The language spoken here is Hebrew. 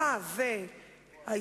את הקואליציה ואת